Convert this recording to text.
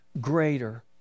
greater